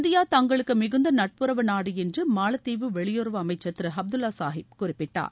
India தங்களுக்கு மிகுந்த நட்புறவு நாடு என்று மாலத்தீவு வெளியுறவு அமைச்சர் திரு அப்துல்லா சாஹிப் குறிப்பிட்டார்